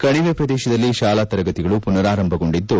ಕಣಿವೆ ಪ್ರದೇಶದಲ್ಲಿ ಶಾಲಾ ತರಗತಿಗಳು ಪುನರಾರಂಭಗೊಂಡಿದ್ದು